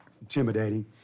intimidating